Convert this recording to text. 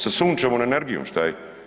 Sa sunčevom energijom šta je?